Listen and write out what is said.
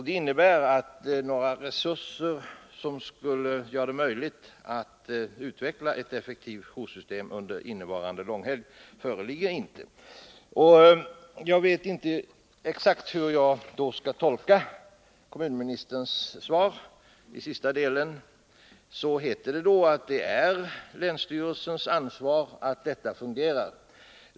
Det innebär att några resurser, som skulle göra det möjligt att utveckla ett effektivt joursystem för den kommande långhelgen, inte föreligger. Jag vet inte hur jag exakt skall tolka kommunministerns svar i den sista delen, där det heter att det är länsstyrelsens ansvar att detta fungerar.